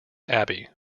abbey